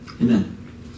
Amen